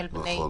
נכון.